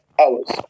hours